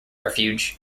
refuge